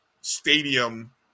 stadium